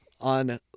on